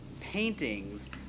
paintings